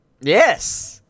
Yes